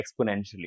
exponentially